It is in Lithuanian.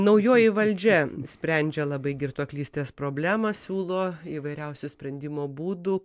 naujoji valdžia sprendžia labai girtuoklystės problemą siūlo įvairiausių sprendimo būdų